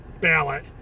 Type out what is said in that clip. ballot